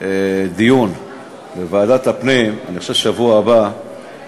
סיור של ועדת הפנים, אני חושב שבשבוע הבא,